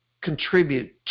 contribute